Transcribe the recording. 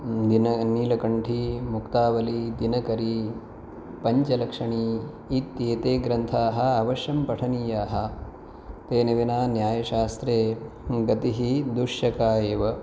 निन नीलकण्ठी मुक्तावली दीनकरी पञ्चलक्षणी इत्येते ग्रन्थाः अवश्यं पठनीयाः तेन विना न्यायशास्त्रे गतिः दुश्शका एव